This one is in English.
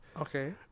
Okay